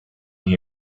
that